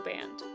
Band